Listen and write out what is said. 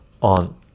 on